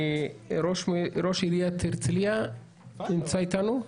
ראש עיריית הרצליה נמצא איתנו?